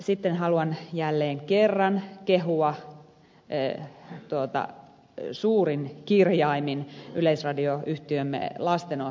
sitten haluan jälleen kerran kehua suurin kirjaimin yleisradioyhtiömme lastenohjelmatuotantoa